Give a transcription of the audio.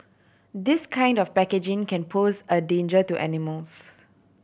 this kind of packaging can pose a danger to animals